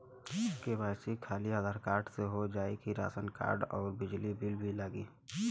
KYC खाली Aadhaar card से हो जाए कि राशन कार्ड अउर बिजली बिल भी लगी?